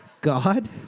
God